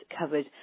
covered